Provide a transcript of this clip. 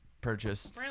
purchase